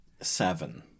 seven